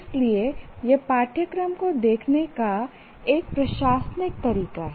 इसलिए यह पाठ्यक्रम को देखने का एक प्रशासनिक तरीका है